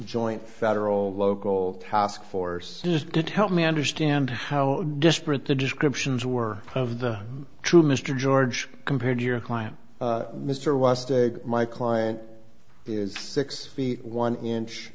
joint federal local task force just did help me understand how desperate the descriptions were of the true mr george compared to your client mr west my client is six feet one inch